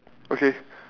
okay